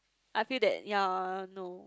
I feel that yea no